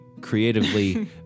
Creatively